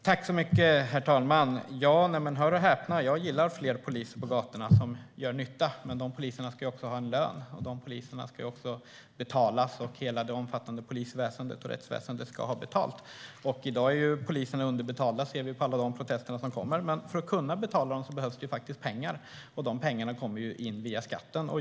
Herr talman! Hör och häpna, jag gillar fler poliser på gatorna som gör nytta. Men de poliserna ska också ha en lön och ska betalas, och hela det omfattande polisväsendet och rättsväsendet ska ha betalt. I dag är poliserna underbetalda, ser vi på alla protester som kommer. Men för att kunna betala dem behövs det faktiskt pengar, och de pengarna kommer in via skatten.